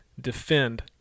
defend